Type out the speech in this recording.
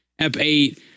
F8